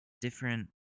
different